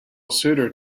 suitor